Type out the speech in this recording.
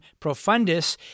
profundus